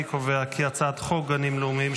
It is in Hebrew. אני קובע כי הצעת חוק גנים לאומיים,